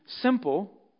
simple